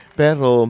pero